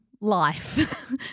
life